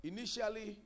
Initially